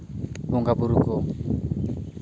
ᱵᱚᱸᱜᱟᱼᱵᱩᱨᱩ ᱠᱚ